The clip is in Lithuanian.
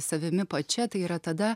savimi pačia tai yra tada